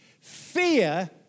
fear